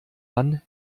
dann